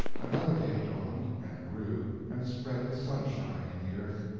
another day dawned, and grew, and spread its sunshine in the earth.